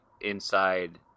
inside